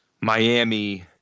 Miami